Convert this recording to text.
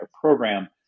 program